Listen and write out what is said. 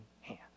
hand